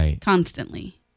constantly